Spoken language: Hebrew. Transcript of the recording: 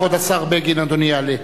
כבוד השר בגין, אדוני יעלה.